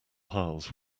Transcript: piles